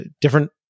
different